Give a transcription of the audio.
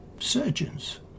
surgeons